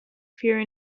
fear